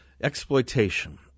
Exploitation